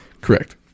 correct